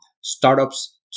startups